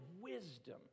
wisdom